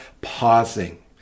pausing